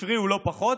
הפריעו לא פחות.